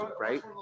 Right